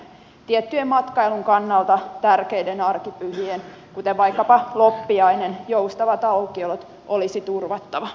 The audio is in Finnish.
tiettyjen matkailun kannalta tärkeiden arkipyhien kuten vaikkapa loppiaisen joustavat aukiolot olisi turvattava